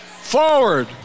forward